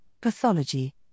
pathology